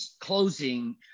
closing